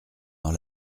dans